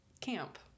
camp